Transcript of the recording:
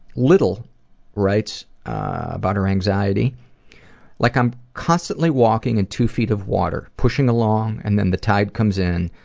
little writes about her anxiety like i'm constantly walking in two feet of water, pushing along, and then the tide comes in.